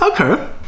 okay